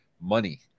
money